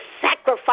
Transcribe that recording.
sacrifice